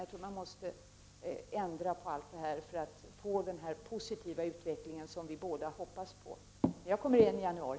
Jag tror att vi måste ändra på alla sådana saker för att vi skall få den positiva utveckling som vi båda hoppas på. Men jag kommer igen i januari.